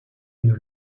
une